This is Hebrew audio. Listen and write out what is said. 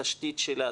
התשתית שלה,